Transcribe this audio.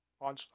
on